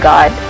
God